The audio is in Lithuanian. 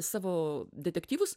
savo detektyvus